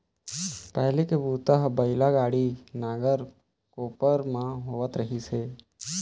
पहिली के बूता ह बइला गाड़ी, नांगर, कोपर म होवत रहिस हे